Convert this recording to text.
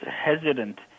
hesitant